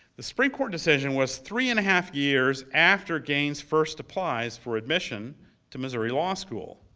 the supreme court decision was three and a half years after gaines first applies for admission to missouri law school.